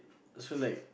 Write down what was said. so like